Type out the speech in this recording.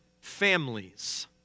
families